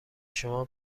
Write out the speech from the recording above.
شما